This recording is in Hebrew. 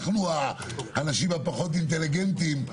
אנחנו האנשים הפחות אינטליגנטים,